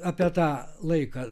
apie tą laiką